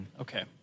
Okay